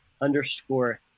underscore